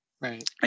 Right